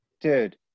Dude